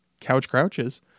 couchcrouches